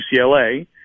UCLA